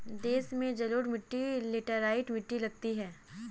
देश में जलोढ़ मिट्टी लेटराइट मिट्टी मिलती है